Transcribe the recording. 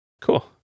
Cool